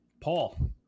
Paul